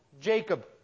Jacob